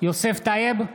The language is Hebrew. יוסף טייב,